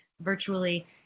virtually